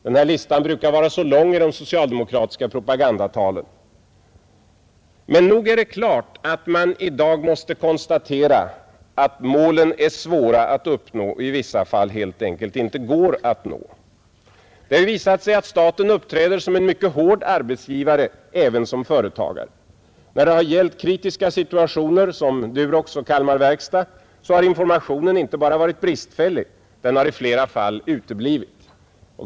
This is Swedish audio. Den här listan brukar vara mycket lång i de socialdemokratiska propagandatalen, men nog är det klart att man i dag måste konstatera att Ang. erfarenheterna målen är svåra att uppnå — och i vissa fall helt enkelt inte går att nå. Det av försöken att vidga har visat sig att staten uppträder som en mycket hård arbetsgivare även den statliga företagsom företagare. När det har gällt kritiska situationer, såsom beträffande samheten Durox och Kalmar Verkstad, har informationen inte bara varit bristfällig, den har i flera fall uteblivit.